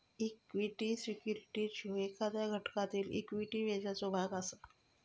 equity securities ह्यो एखाद्या घटकातील इक्विटी व्याजाचो भाग हा